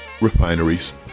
Refineries